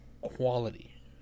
Quality